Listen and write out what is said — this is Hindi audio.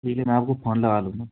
ठीक है मैं आपको फ़ोन लगा लूँगा